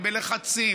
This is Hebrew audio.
ובלחצים,